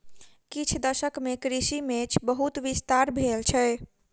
किछ दशक मे कृषि क्षेत्र मे बहुत विस्तार भेल छै